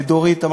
לדורית,